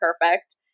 perfect